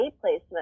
placement